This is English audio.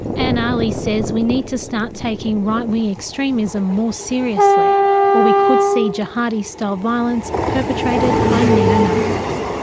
anne aly says we need to start taking right-wing extremism more seriously or we could see jihadi style violence perpetrated by neo-nazis.